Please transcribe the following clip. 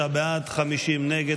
33 בעד, 50 נגד.